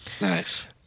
Nice